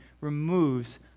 removes